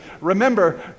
remember